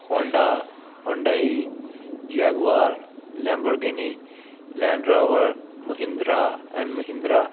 Honda Hyundai jaguar Lamborghini Land Rover Mahindra and Mahindra